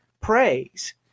praise